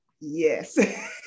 Yes